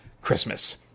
Christmas